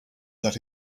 that